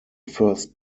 first